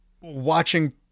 watching